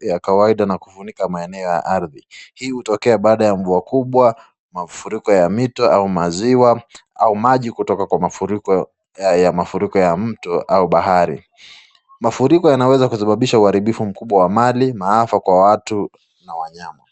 yakawaida Na kufunika maeneo ya aridhi, hii hutokea baada ya mvua kubwa mafuriko ya mito au maziwa, au maji kutoka Kwa mafuriko ya mito au bahari, mafuriko yanaweza kusababusha uharibifu mkubwa Wa mali maafa kwa watu na wanyama.